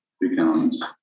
becomes